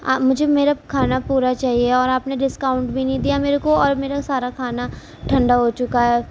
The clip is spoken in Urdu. آ مجھے میرا کھانا پورا چاہیے اور آپ نے ڈسکاؤنٹ بھی نہیں دیا میرے کو اور میرا سارا کھانا ٹھنڈا ہو چکا ہے